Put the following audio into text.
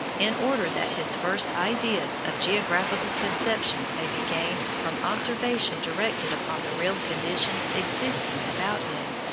in order that his first ideas of geographical conceptions may be gained from observation directed upon the real conditions existing about him,